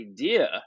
idea